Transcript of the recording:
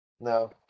no